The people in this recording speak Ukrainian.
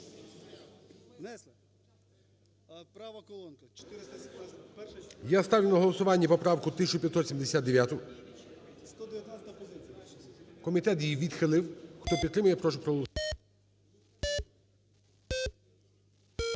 Ставлю на голосування поправку 1633-ю. Комітет її відхилив.